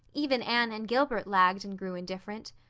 even anne and gilbert lagged and grew indifferent.